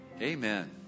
amen